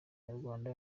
nyarwanda